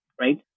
Right